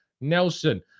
Nelson